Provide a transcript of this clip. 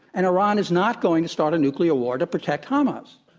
and iran is not going to start a nuclear war to protect hamas.